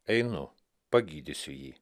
einu pagydysiu jį